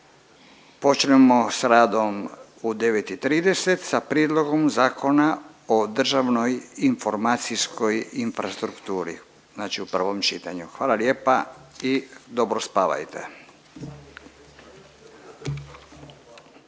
počnemo s radom u 9,30 sa Prijedlogom zakona o državnoj informacijskoj infrastrukturi znači u prvom čitanju. Hvala lijepa i dobro spavajte.